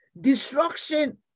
Destruction